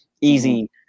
easy